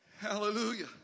Hallelujah